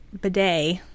bidet